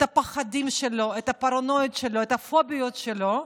את הפחדים שלו, את הפרנויות שלו, את הפוביות שלו,